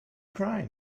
crying